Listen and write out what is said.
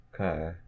Okay